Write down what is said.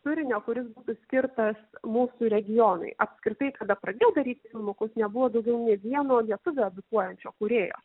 turinio kuris būtų skirtas mūsų regionui apskritai kada pradėjau daryt filmukus nebuvo daugiau nei vieno lietuvio edukuojančio kūrėjo